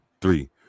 three